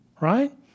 right